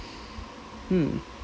mm